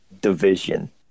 division